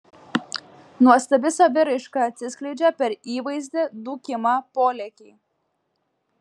nuostabi saviraiška atsiskleidžia per įvaizdį dūkimą polėkį